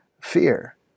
fear